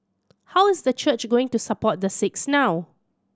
how is the church going to support the six now